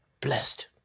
blessed